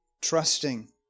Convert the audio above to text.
trusting